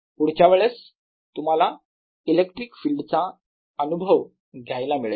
पुढच्या वेळेस तुम्हाला इलेक्ट्रिक फिल्ड चा अनुभव घ्यायला मिळेल